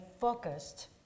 focused